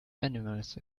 animals